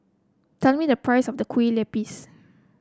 tell me the price of the Kue Lupis